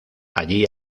allí